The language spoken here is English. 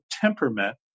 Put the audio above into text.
temperament